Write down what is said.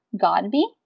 Godby